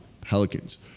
Pelicans